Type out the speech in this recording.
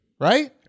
right